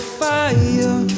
fire